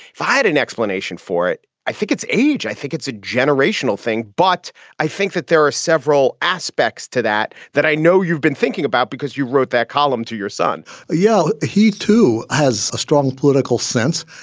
find an explanation for it. i think it's age. i think it's a generational thing. but i think that there are several aspects to that that i know you've been thinking about because you wrote that column to your son you know, yeah he, too, has a strong political sense.